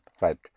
Right